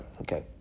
Okay